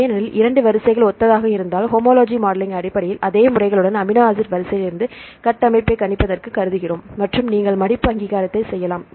ஏனெனில் இரண்டு வரிசைகள் ஒத்ததாக இருந்தால் ஹோமோ லாஜி மாடலிங் அடிப்படையில் அதே முறைகளுடன் அமினோ ஆசிட் வரிசையிலிருந்து கட்டமைப்பை கணிப்பதற்கு கருதுகிறோம் மற்றும் நீங்கள் மடிப்பு அங்கீகாரத்தை செய்யலாம்